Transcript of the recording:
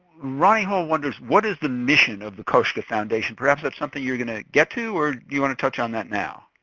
reinhold wonders what is the mission of the koshka foundation? perhaps that is something you're going to get to, or do you want to touch on that now?